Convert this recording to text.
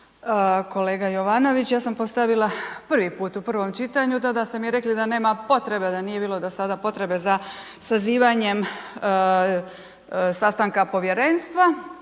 kolega Jovanović, ja sam postavila prvi put u prvom čitanju, tada ste mi rekli da nema potrebe, da nije bilo do sada potrebe za sazivanjem sastanka povjerenstva.